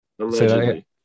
Allegedly